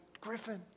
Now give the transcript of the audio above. Griffin